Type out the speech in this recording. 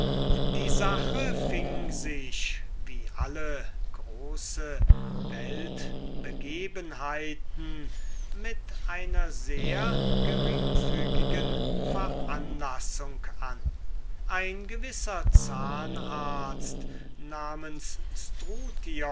die sache fing sich wie alle große weltbegebenheiten mit einer sehr geringfügigen veranlassung an ein gewisser zahnarzt namens